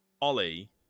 Ollie